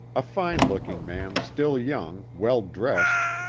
a fine-looking man still young, well dressed,